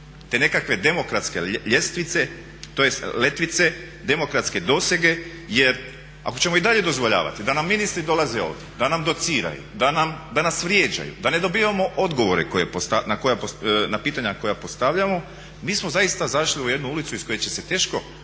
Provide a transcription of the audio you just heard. te nekakve demokratske letvice, demokratske dosege. Jer ako ćemo i dalje dozvoljavati da nam ministri dolaze ovdje, da nam dociraju, da nas vrijeđaju, da ne dobivamo odgovore na pitanja koja postavljamo mi smo zaista zašli u jednu ulicu iz koje će se teško